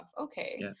okay